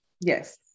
yes